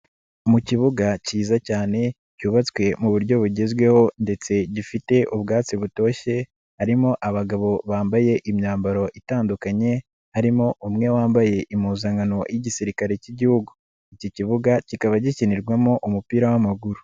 Mu kibuga kiza cyane cyubatswe mu buryo bugezweho ndetse gifite ubwatsi butoshye harimo abagabo bambaye imyambaro itandukanye harimo umwe wambaye impuzankano y'igisirikare k'Igihugu, iki kibuga kikaba gikinirwamo umupira w'amaguru.